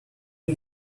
you